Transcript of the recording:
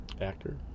Actor